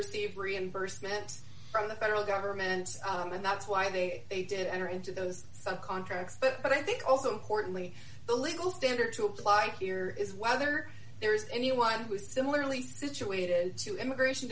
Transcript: receive reimbursement from the federal government and that's why they did enter into those contracts but i think also importantly the legal standard to apply here is whether there is anyone who is similarly situated to immigration